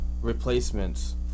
replacements